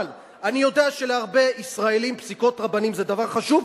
אבל אני יודע שלהרבה ישראלים פסיקות רבנים זה דבר חשוב,